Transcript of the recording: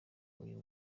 uyu